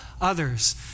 others